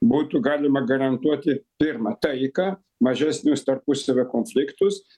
būtų galima garantuoti pirma taiką mažesnius tarpusavio konfliktus